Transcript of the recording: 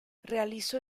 realizó